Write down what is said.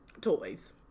toys